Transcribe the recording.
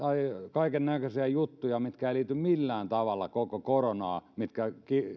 kaikennäköisiä juttuja mitkä eivät liity millään tavalla koko koronaan ja mitkä